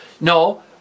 no